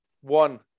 one